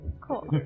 Cool